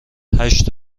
هشت